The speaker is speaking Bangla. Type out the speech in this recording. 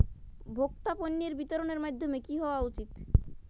ভোক্তা পণ্যের বিতরণের মাধ্যম কী হওয়া উচিৎ?